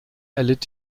erlitt